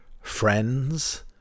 Friends